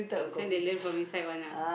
this one they learn from inside one ah